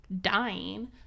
dying